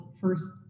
first